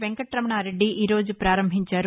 వెంకటరమణారెడ్డి ఈరోజు ప్రారంభించారు